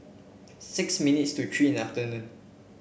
six minutes to three in the afternoon